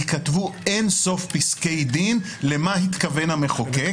ייכתבו אין סוף פסקי דין למה התכוון המחוקק,